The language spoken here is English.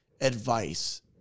advice